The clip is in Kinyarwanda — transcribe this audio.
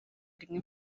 rimwe